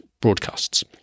broadcasts